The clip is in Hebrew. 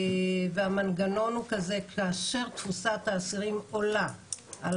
והמנגנון הוא כזה: כאשר תפוסת האסירים עולה על